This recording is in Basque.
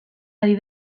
ari